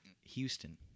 Houston